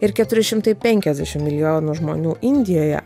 ir keturi šimtai penkiasdešim milijonų žmonių indijoje